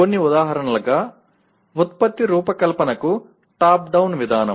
కొన్ని ఉదాహరణలు ఉత్పత్తి రూపకల్పనకు టాప్ డౌన్ విధానం